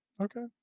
okay